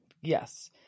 Yes